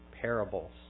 parables